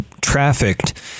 trafficked